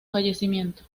fallecimiento